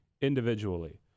individually